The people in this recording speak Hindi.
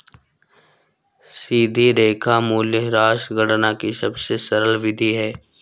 सीधी रेखा मूल्यह्रास गणना की सबसे सरल विधि है